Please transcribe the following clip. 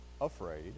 afraid